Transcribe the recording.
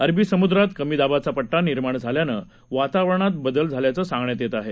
अरबी समुद्रात कमी दाबाचा पट्टा निर्माण झाल्यानं वातावरणात बदल झाल्याचं सांगण्यात येत आहे